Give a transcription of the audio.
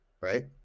right